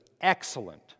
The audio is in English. excellent